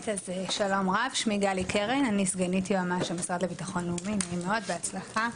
שלום רב, נעים מאוד, בהצלחה.